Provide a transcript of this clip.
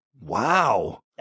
Wow